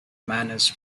manners